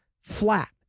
flat